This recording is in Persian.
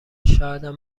شایدم